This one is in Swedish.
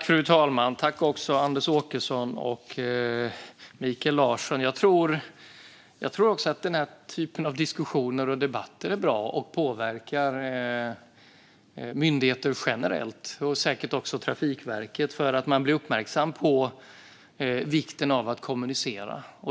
Fru talman! Jag tackar Anders Åkesson och Mikael Larsson. Jag tror att diskussioner och debatter som denna är bra och påverkar myndigheter generellt sett och säkert också Trafikverket. De blir uppmärksammade på vikten av att kommunicera.